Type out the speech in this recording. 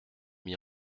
mis